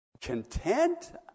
Content